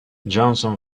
johnson